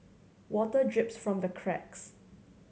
water drips from the cracks